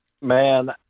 Man